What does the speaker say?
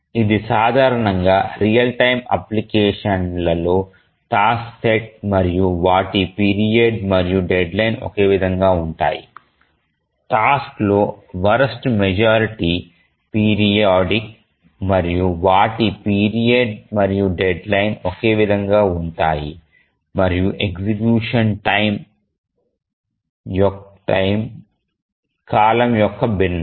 ఇది సాధారణంగా real time అప్లికేషన్లలో టాస్క్ సెట్ మరియు వాటి పీరియడ్ మరియు డెడ్లైన్ ఒకే విధంగా ఉంటాయి టాస్క్ లో వరస్ట్ మెజారిటీ పీరియాడిక్ మరియు వాటి పీరియడ్ మరియు డెడ్లైన్ ఒకే విధంగా ఉంటాయి మరియు ఎగ్జిక్యూషన్ టైమ్ కాలం యొక్క భిన్నం